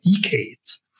decades